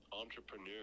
Entrepreneur